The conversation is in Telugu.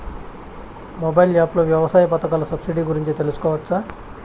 మొబైల్ యాప్ లో వ్యవసాయ పథకాల సబ్సిడి గురించి తెలుసుకోవచ్చా?